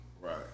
Right